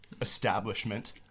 establishment